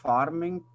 Farming